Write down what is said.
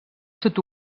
sud